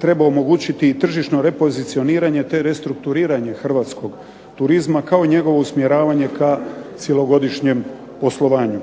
trebao omogućiti i tržišno repozicioniranje, te restrukturiranje hrvatskog turizma kao i njegovo usmjeravanje ka cjelogodišnjem poslovanju.